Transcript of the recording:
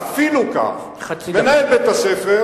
אפילו כך, מנהל בית-הספר